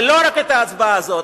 ולא רק את ההצבעה הזאת.